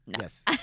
Yes